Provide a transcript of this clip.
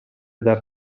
dal